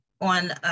on